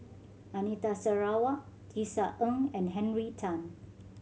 Anita Sarawak Tisa Ng and Henry Tan